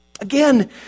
Again